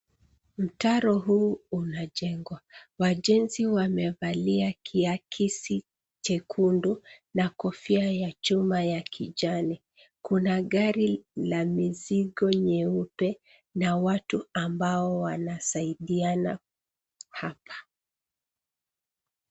Mtaro huu unajengwa wajenzi wamevalia kiakisi chekundu na kofia ya chuma ya kijani kuna gari la mizigo nyeupe na watu ambao wanasaidiana hapa.